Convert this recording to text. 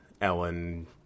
ellen